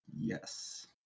Yes